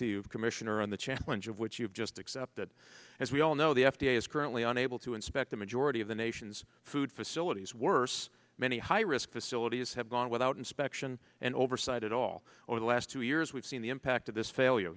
you commissioner on the challenge of what you've just accepted as we all know the f d a is currently unable to inspect a majority of the nation's food facilities worse many high risk facilities have gone without inspection and oversight at all over the last two years we've seen the impact of this failure